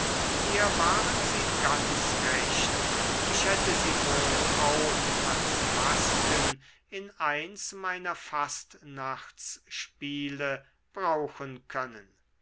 mir waren sie ganz recht ich hätte sie wohl auch als masken in eins meiner fastnachtsspiele brauchen können